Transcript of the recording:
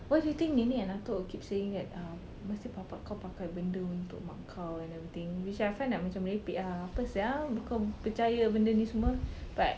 why do you think nenek and atuk keep saying that uh mesti bapa kau pakai benda untuk mak kau and everything which I find like macam merepek sia apa sia kau percaya benda merepek ni semua but